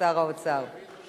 מסתבר שיש